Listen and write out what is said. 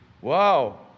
Wow